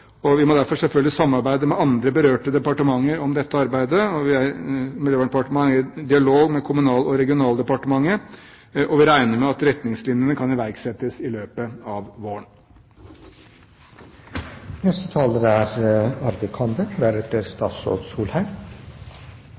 og vi må derfor selvfølgelig samarbeide med andre berørte departementer om dette arbeidet. Miljøverndepartementet er i dialog med Kommunal- og regionaldepartementet, og vi regner med at retningslinjene kan iverksettes i løpet av